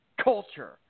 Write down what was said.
culture